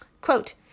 quote